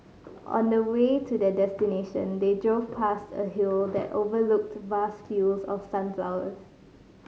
on the way to their destination they drove past a hill that overlooked vast fields of sunflowers